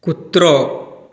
कुत्रो